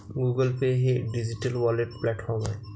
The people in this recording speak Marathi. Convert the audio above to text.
गुगल पे हे डिजिटल वॉलेट प्लॅटफॉर्म आहे